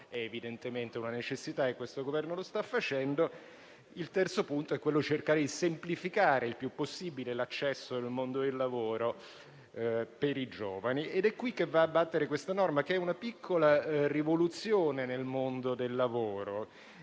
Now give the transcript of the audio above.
e scolastica è una necessità e questo Governo lo sta facendo. Il terzo punto è cercare di semplificare il più possibile l'accesso al mondo del lavoro per i giovani: è qui che va a battere questa norma, che è una piccola rivoluzione nel mondo del lavoro